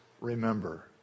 remember